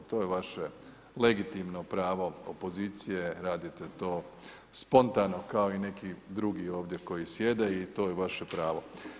To je vaše legitimno pravo opozicije, radite to spontano kao i neki drugi ovdje koji sjede i to je vaše pravo.